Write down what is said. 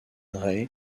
ray